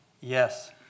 Yes